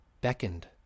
beckoned